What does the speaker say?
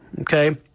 okay